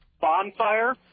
Bonfire